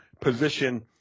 position